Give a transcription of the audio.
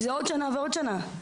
זה עוד שנה ועוד שנה.